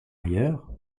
ailleurs